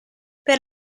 per